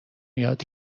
یاد